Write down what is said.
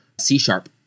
C-sharp